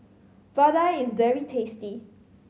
vadai is very tasty